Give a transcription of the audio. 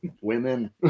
Women